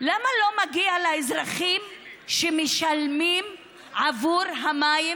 למה לא מגיע לאזרחים שמשלמים עבור המים